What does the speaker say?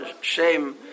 shame